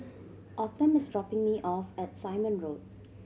Autumn is dropping me off at Simon Road